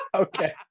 Okay